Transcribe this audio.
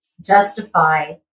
justify